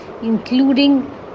including